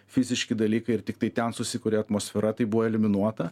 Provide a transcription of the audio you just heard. fiziški dalykai ir tiktai ten susikuria atmosfera tai buvo eliminuota